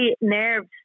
nerves